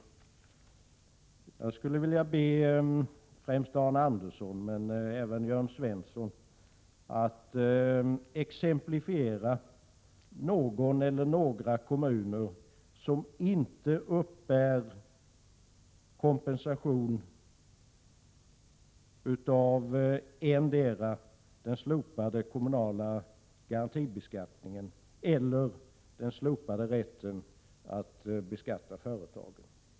Jag skulle vilja be främst Arne Andersson men även Jörn Svensson att exemplifiera med någon eller några kommuner som inte uppbär kompensation för antingen den slopade kommunala garantibeskattningen eller den slopade rätten att beskatta företagen.